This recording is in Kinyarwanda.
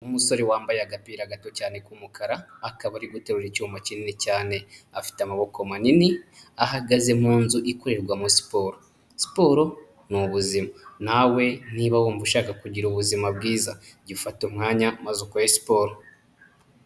Umusore wambaye agapira gato cyane k'umukara, akaba ari guterura icyuma kinini cyane. Afite amaboko manini ,ahagaze mu nzu ikorerwamo siporo. Siporo ni ubuzima. Nawe niba wumva ushaka kugira ubuzima bwiza, jya ufata umwanya maze ukore siporo.